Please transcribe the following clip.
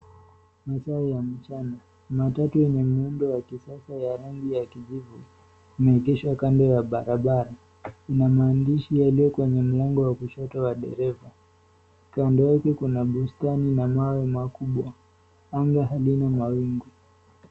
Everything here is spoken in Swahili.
Masaa ya mchana. Matatu yenye muundo wa kisasa ya rangi ya kijivu imeegeshwa kando ya barabara. Ina maandishi yaliyo kwenye mlango wa kushoto wa dereva. Kando yake kuna bustani na mawe makubwa. Anga halina mawingu.